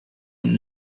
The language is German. und